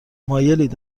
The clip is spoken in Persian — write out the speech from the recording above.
مایلید